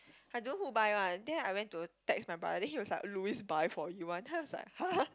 I don't know who buy one then I went to text my brother then he was like Louis buy for you one then I was like !huh!